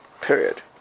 period